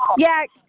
yeah,